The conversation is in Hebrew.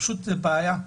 זו בעיה.